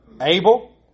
Abel